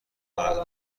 مرا